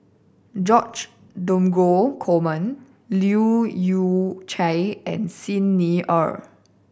George Dromgold Coleman Leu Yew Chye and Xi Ni Er